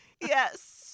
Yes